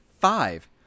five